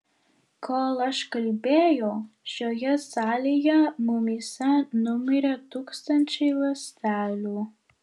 kol aš kalbėjau šioje salėje mumyse numirė tūkstančiai ląstelių